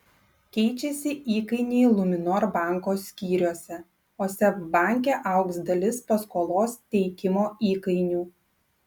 keičiasi įkainiai luminor banko skyriuose o seb banke augs dalis paskolos teikimo įkainių